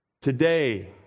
Today